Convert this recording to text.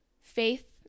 faith